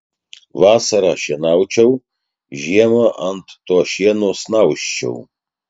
vasarą šienaučiau žiemą ant to šieno snausčiau